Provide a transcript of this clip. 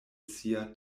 sia